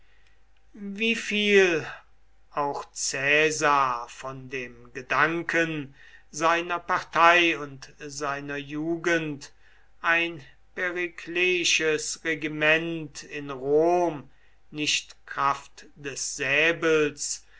viel auch caesar von dem gedanken seiner partei und seiner jugend ein perikleisches regiment in rom nicht kraft des säbels